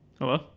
Hello